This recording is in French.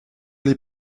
les